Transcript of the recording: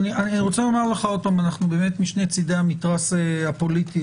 אנחנו באמת משני צדי המתרס הפוליטי